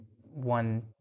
one